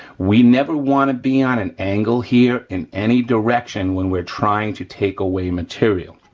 we never wanna be on an angle here in any direction when we're trying to take away material.